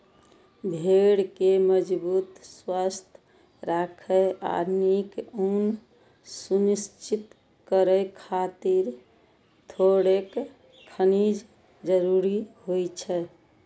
भेड़ कें मजबूत, स्वस्थ राखै आ नीक ऊन सुनिश्चित करै खातिर थोड़ेक खनिज जरूरी होइ छै